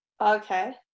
Okay